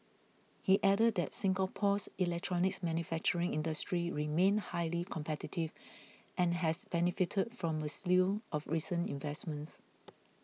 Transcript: he added that Singapore's electronics manufacturing industry remained highly competitive and has benefited from a slew of recent investments